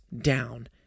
down